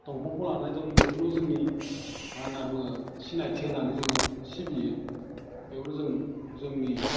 दंफांखौ लानानै जों बेखौनो जोंनि मा होनना बुङो सिनायथि होन्नानै जोङो सिबियो बेयावनो जों जोंनि